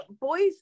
Boys